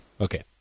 Okay